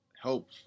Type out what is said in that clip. help